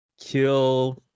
Kill